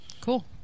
Cool